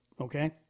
okay